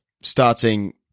starting